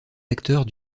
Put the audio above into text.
acteurs